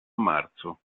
marzo